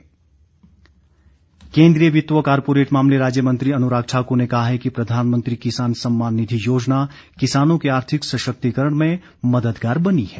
अनुराग ठाकुर केन्द्रीय वित्त व कॉरपोरेट मामले राज्य मंत्री अनुराग ठाक्र ने कहा है कि प्रधानमंत्री किसान सम्मान निधि योजना किसानों के आर्थिक सशक्तिकरण में मददगार बनी है